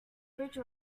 bridge